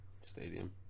stadium